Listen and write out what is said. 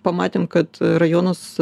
pamatėm kad rajonas